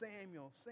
Samuel